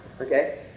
Okay